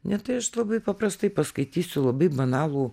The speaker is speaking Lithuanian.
ne tai aš labai paprastai paskaitysiu labai banalų